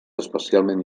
especialment